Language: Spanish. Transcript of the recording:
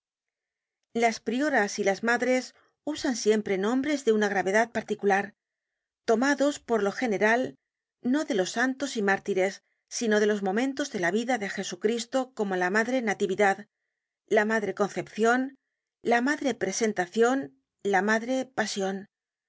las prioras y las madres usan siempre nombres de una gravedad particular tomados por lo general no de los de los santos y mártires sino de los momentos de la vida de jesucristo como la madre natividad la madre concepcion la madre presentacion la madre pasion